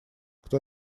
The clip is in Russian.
кто